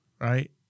right